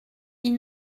ils